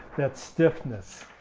that stiffness.